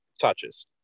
touches